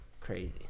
crazy